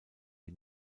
die